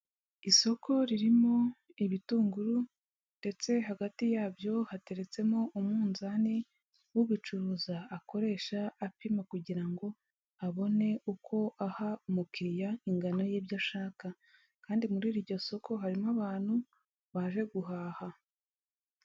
Isoko ririmo ibitunguru, ndetse hagati yabyo hateretsemo umunzani, ubicuruza akoresha apima kugira ngo abone uko aha umukiriya ingano y'ibyo ashaka, kandi muri iryo soko harimo abantu baje guhaha.